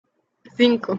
cinco